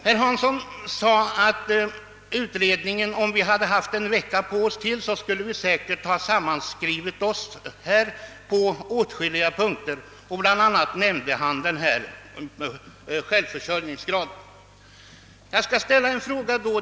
Herr Hansson sade att utskottet, om man haft ytterligare en vecka på sig, säkerligen skulle ha kunnat skriva sig samman på åtskilliga punkter, bl.a. i frågan om självförsörjningsgraden.